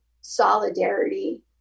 solidarity